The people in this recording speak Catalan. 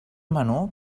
menú